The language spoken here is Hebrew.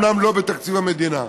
אומנם לא בתקציב המדינה.